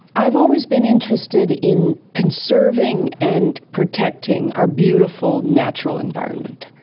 i've always been interested in conserving and protecting our beautiful natural environment.